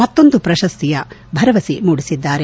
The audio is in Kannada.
ಮತ್ತೊಂದು ಪ್ರಶಸ್ತಿಯ ಭರವಸೆ ಮೂಡಿಸಿದ್ದಾರೆ